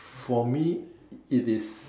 for me it is